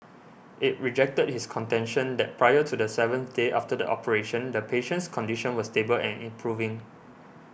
it rejected his contention that prior to the seventh day after the operation the patient's condition was stable and improving